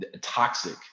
toxic